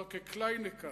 חבר הכנסת ברכה,